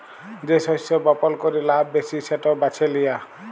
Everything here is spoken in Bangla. যে শস্য বপল ক্যরে লাভ ব্যাশি সেট বাছে লিয়া